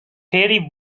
ferry